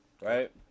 right